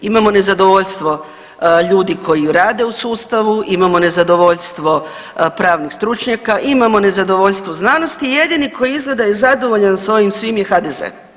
Imamo nezadovoljstvo ljudi koji rade u sustavu, imamo nezadovoljstvo pravnih stručnjaka, imamo nezadovoljstvo znanosti i jedini koji izgleda je zadovoljan s ovim svim je HDZ.